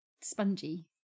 spongy